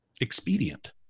expedient